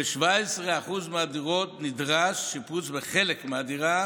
וב-17% מהדירות נדרש שיפוץ בחלק מהדירה